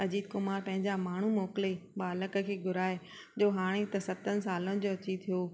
अजीत कुमार पंहिंजा माण्हू मोकिले बालक खे घुराए जो हाणे त सतनि सालनि जो अची थियो